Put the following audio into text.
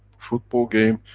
football game,